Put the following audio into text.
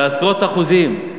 בעשרות אחוזים.